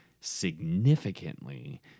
significantly